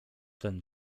ten